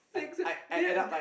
next uh do you